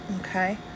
Okay